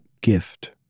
gift